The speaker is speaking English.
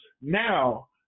now